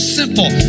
simple